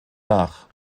nach